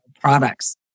products